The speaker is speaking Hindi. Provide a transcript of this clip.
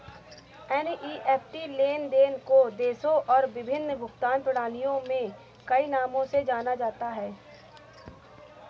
एन.ई.एफ.टी लेन देन को देशों और विभिन्न भुगतान प्रणालियों में कई नामों से जाना जाता है